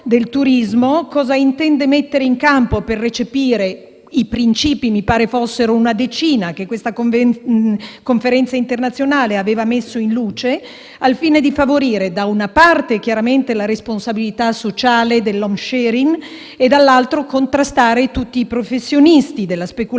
cosa intende mettere in campo per recepire i principi (circa una decina) che la conferenza internazionale aveva messo in luce, al fine di favorire, da una parte, chiaramente la responsabilità sociale dell'*home sharing* e, dall'altra, contrastare tutti i professionisti della speculazione